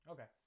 Okay